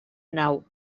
nau